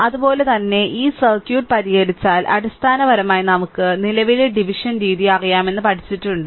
അതുപോലെ തന്നെ ഈ സർക്യൂട്ട് പരിഹരിച്ചാൽ അടിസ്ഥാനപരമായി നമുക്ക് നിലവിലെ ഡിവിഷൻ രീതി അറിയാമെന്ന് പഠിച്ചിട്ടുണ്ട്